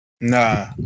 Nah